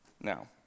Now